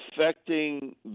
affecting